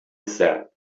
said